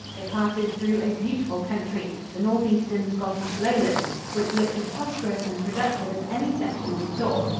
it passes through a beautiful country, the northeastern scottish lowlands, which looked as prosperous and productive as any section we saw.